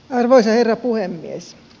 arvoisa herra puhemies